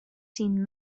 seen